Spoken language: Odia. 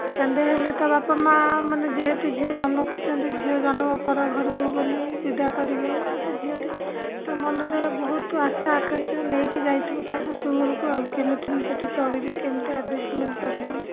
କାନ୍ଦେ ହେଲେ ତା' ବାପା ମା' ମାନେ ଯେହେତୁ ଝିଅ ଜନ୍ମ କରୁଛନ୍ତି ଝିଅ ଜନ୍ମ ପର ଘରକୁ ବୋଲି ବିଦା କରିବେ ଗୋଟେ ଝିଅଟି ତା' ମନରେ ବହୁତ ଆଶା ଆକାଂକ୍ଷା ନେଇକି ଯାଇଥିବ ତା' ଶାଶୁ ଘରକୁ ଆଉ କେମିତି ମୁଁ ସେଠି ଚଳିବି କେମିତି ଆଡ଼ଜଷ୍ଟମେଣ୍ଟ କରିବି